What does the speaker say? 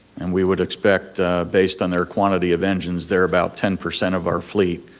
and we would expect based on their quantity of engines they're about ten percent of our fleet.